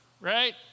right